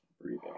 breathing